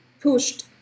pushed